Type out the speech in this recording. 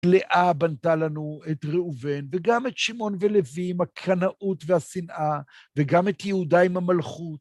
לאה בנתה לנו את ראובן, וגם את שמעון ולוי, עם הקנאות והשנאה, וגם את יהודה עם המלכות.